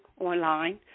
online